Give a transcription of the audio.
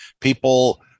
People